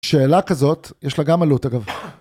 שאלה כזאת, יש לה גם עלות אגב.